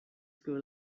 school